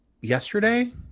yesterday